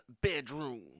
bedroom